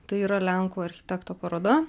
tai yra lenkų architekto paroda